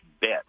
bet